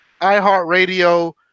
iHeartRadio